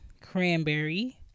cranberry